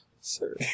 sir